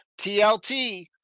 TLT